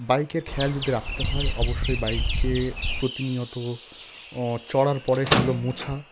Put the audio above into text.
বাইকের খেয়াল যদি রাখতে হয় অবশ্যই বাইককে প্রতিনিয়ত চড়ার পরে সেগুলো মোছা